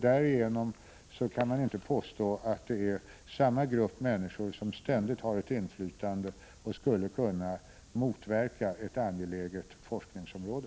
Därigenom kan man inte påstå att det är samma grupp människor som ständigt har ett inflytande och skulle kunna motverka ett angeläget forskningsområde.